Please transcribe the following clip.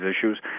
issues